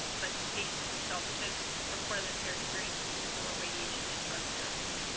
but the patients themselves could report on their care experiences for radiation and drug therapy.